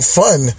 fun